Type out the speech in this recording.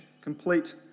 complete